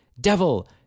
Devil